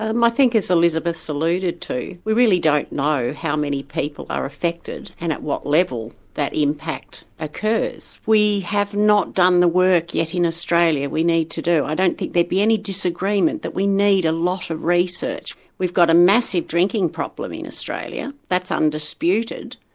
um i think as elizabeth has so alluded to, we really don't know how many people are affected and at what level that impact occurs. we have not done the work yet in australia we need to do, i don't think there'd be any disagreement that we need a lot of research. we've got a massive drinking problem in australia, that's undisputed,